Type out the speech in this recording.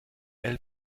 elle